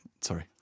sorry